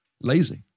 lazy